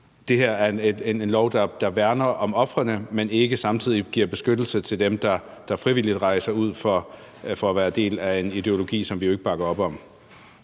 det her er en lov, der værner om ofrene, men ikke samtidig giver beskyttelse til dem, der frivilligt rejser ud for at være en del af en ideologi, som vi jo ikke bakker op om?